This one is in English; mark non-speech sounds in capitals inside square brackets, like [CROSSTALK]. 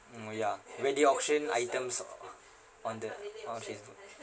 mm ya when they auction items on the [NOISE]